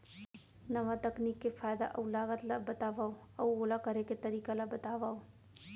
नवा तकनीक के फायदा अऊ लागत ला बतावव अऊ ओला करे के तरीका ला बतावव?